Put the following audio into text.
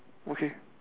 okay